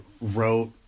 wrote